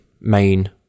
main